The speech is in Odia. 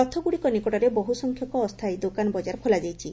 ରଥ ଗୁଡିକ ନିକଟରେ ବହୁ ସଂଖ୍ୟକ ଅସ୍ଛାୟୀ ଦୋକନ ବଜାର ଖୋଲାଯାଇଛି